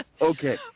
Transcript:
Okay